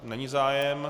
Není zájem.